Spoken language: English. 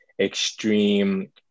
extreme